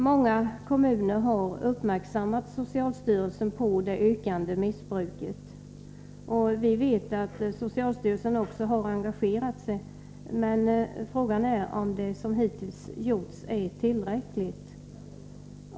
Många kommuner har uppmärksammat socialstyrelsen på det ökande missbruket. Vi vet att socialstyrelsen också har engagerat sig, men frågan är om det som hittills har gjorts är tillräckligt.